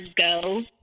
go